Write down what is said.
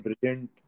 brilliant